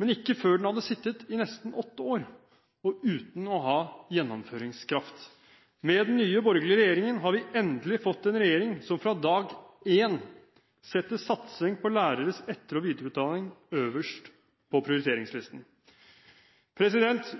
men ikke før den hadde sittet i nesten åtte år og uten å ha gjennomføringskraft. Med den nye borgerlige regjeringen har vi endelig fått en regjering som fra dag én setter satsing på læreres etter- og videreutdanning øverst på prioriteringslisten.